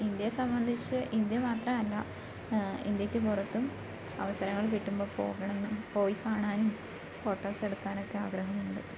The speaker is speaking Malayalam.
ഇന്ത്യയെ സംബന്ധിച്ച് ഇന്ത്യ മാത്രമല്ല ഇന്ത്യയ്ക്ക് പുറത്തും അവസരങ്ങൾ കിട്ടുമ്പോൾ പോകണം എന്നും പോയി കാണാനും ഫോട്ടോസെടുക്കാനും ഒക്കെ ആഗ്രഹമുണ്ട്